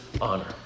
honor